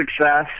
success